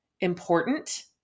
important